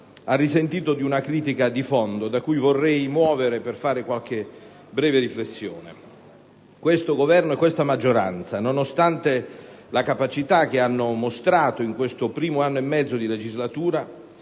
ha risentito di una critica di fondo, da cui vorrei muovere per fare qualche breve riflessione. Questo Governo e questa maggioranza, nonostante la capacità che hanno mostrato in questo primo anno e mezzo di legislatura